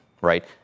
right